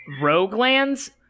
Roguelands